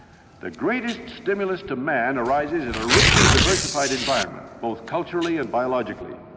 the greatest stimulus to man arises in a richly diversified environment, both culturally and biologically.